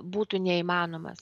būtų neįmanomas